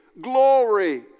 glory